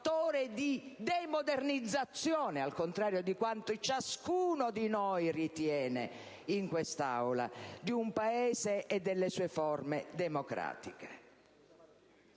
di demodernizzazione - al contrario di quanto ciascuno di noi ritiene in quest'Aula - di un Paese e delle sue forme democratiche.